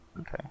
Okay